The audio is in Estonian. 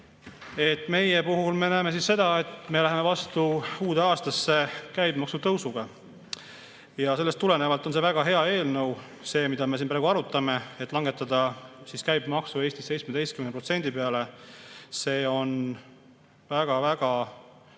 Meie puhul me näeme seda, et me läheme uude aastasse käibemaksu tõusuga. Sellest tulenevalt on see väga hea eelnõu, see, mida me siin praegu arutame, et langetada käibemaks Eestis 17% peale. See ettepanek